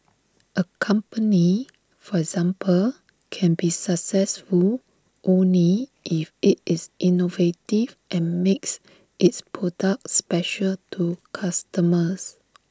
A company for example can be successful only if IT is innovative and makes its products special to customers